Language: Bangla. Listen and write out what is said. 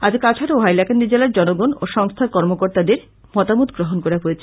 আজ কাছাড় ও হাইলাকান্দি জেলার জনগন ও সংস্থার কর্মকর্তাদের মতামত গ্রহন করা হয়েছে